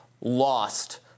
lost